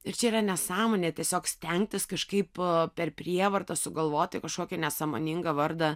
ir čia yra nesąmonė tiesiog stengtis kažkaip per prievartą sugalvoti kažkokį nesąmoningą vardą